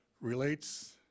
relates